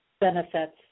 benefits